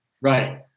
right